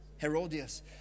Herodias